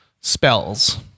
spells